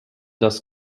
das